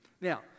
Now